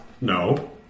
No